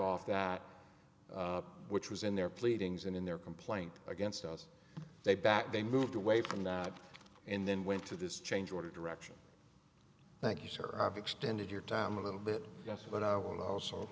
off that which was in their pleadings and in their complaint against us they backed they moved away from that and then went to this change order direction thank you sir have extended your time a little bit yes but i will also